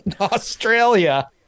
Australia